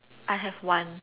I have one